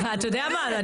ואתה יודע מה?